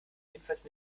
jedenfalls